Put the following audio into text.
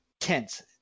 tense